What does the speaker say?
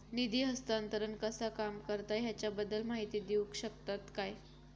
निधी हस्तांतरण कसा काम करता ह्याच्या बद्दल माहिती दिउक शकतात काय?